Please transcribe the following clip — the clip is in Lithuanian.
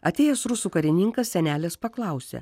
atėjęs rusų karininkas senelės paklausė